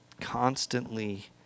Constantly